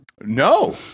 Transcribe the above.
No